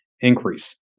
increase